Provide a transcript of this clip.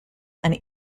and